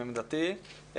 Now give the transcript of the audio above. עם עמדתי,